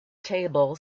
table